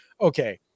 Okay